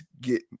get